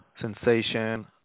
sensation